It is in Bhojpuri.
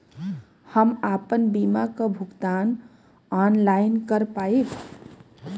हम आपन बीमा क भुगतान ऑनलाइन कर पाईब?